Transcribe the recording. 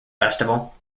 festival